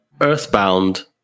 Earthbound